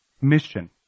mission